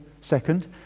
second